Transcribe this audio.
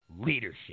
leadership